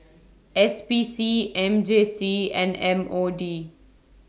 S P C M J C and M O D